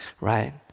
right